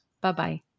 Bye-bye